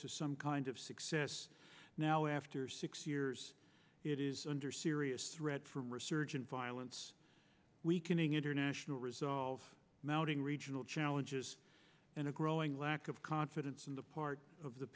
to some kind of success now after six years it is under serious threat from resurgent violence weakening international resolve mounting regional challenges and a growing lack of confidence in the part of the